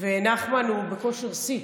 נחמן הוא בכושר שיא.